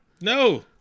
No